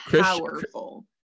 powerful